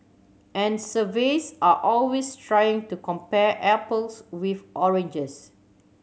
and surveys are always trying to compare apples with oranges